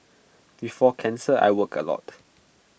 before cancer I worked A lot